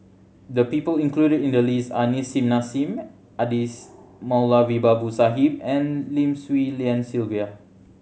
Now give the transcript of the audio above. the people included in the list are Nissim Nassim Adis Moulavi Babu Sahib and Lim Swee Lian Sylvia